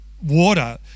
water